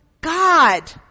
God